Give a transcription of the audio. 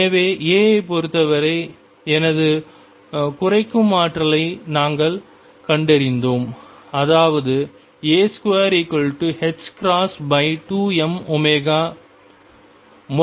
எனவே a ஐப் பொறுத்தவரை எனது குறைக்கும் ஆற்றலைக் நாங்கள் கண்டறிந்தோம் அதாவது a22mω